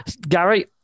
Gary